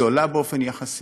זולה באופן יחסי.